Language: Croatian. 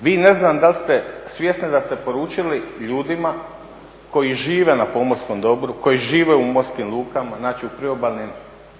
Vi ne znam da li ste svjesni da ste poručili ljudima koji žive na pomorskom dobru, koji žive u morskim lukama znači u priobalnim